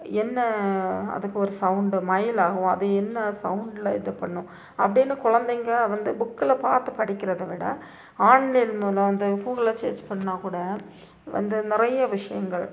என்ன அதுக்கு ஒரு சௌண்டு மயில் அகவும் அது என்ன சௌண்ட்ல இது பண்ணும் அப்படினு குழந்தைங்க வந்து புக்கில் பார்த்து படிக்கிறதை விட ஆன்லைன் மூலம் வந்து கூகுள்ல சர்ச் பண்ணால் கூட வந்து நிறைய விஷயங்கள்